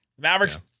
Mavericks